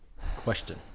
Question